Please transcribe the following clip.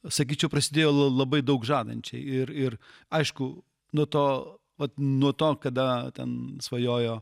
sakyčiau prasidėjo labai daug žadančiai ir ir aišku nuo to vat nuo to kada ten svajojo